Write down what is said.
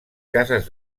cases